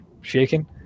shaking